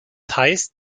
heißt